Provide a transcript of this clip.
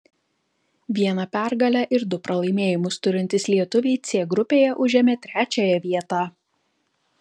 vieną pergalę ir du pralaimėjimus turintys lietuviai c grupėje užėmė trečiąją vietą